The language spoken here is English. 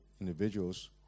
individuals